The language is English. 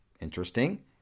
Interesting